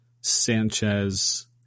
Sanchez